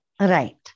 Right